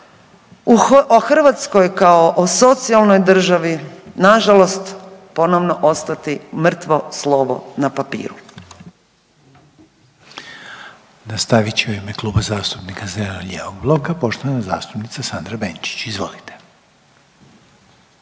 o Hrvatskoj kao o socijalnoj državi nažalost ponovno ostati mrtvo slovo na papiru.